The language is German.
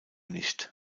nicht